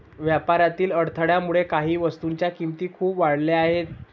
व्यापारातील अडथळ्यामुळे काही वस्तूंच्या किमती खूप वाढल्या आहेत